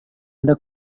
ada